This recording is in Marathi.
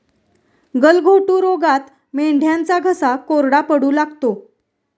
गलघोटू रोगात मेंढ्यांचा घसा कोरडा पडू लागतो